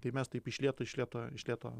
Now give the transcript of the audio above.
tai mes taip iš lėto iš lėto iš lėto